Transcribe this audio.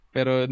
Pero